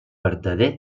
vertader